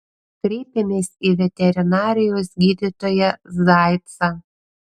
kreipėmės į veterinarijos gydytoją zaicą